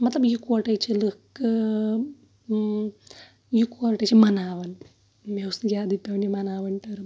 مطلب یکوَٹے چھِ لُکھ یِکوَٹے چھِ مَناوان مےٚ اوس نہٕ یادٕے پیٚوان یہِ مَناوُن ٹرٕم